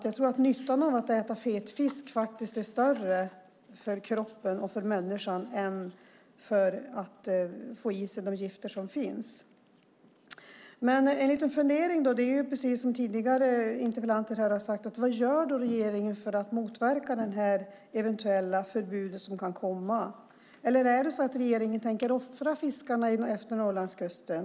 Jag tror att nyttan av att äta fet fisk faktiskt är större för kroppen och för människan än skadan av att få i sig de gifter som finns. En liten fundering har jag, precis som tidigare talare: Vad gör regeringen för att motverka det eventuella förbud som kan komma? Eller är det så att regeringen tänker offra fiskarna utefter Norrlandskusten?